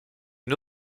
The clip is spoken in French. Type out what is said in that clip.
une